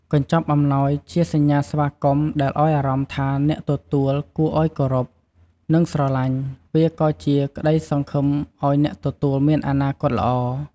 កញ្ចប់អំណោយជាសញ្ញាស្វាគមន៍ដែលឱ្យអារម្មណ៍ថា អ្នកទទួលគួរឱ្យគោរព និងស្រលាញ់។ វាក៏ជាក្ដីសង្ឃឹមឱ្យអ្នកទទួលមានអនាគតល្អ។